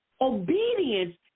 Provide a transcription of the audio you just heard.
Obedience